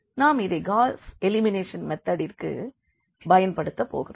நாம் இதை Gauss elimination மெதேடிற்கு பயன்படுத்த போகிறோம்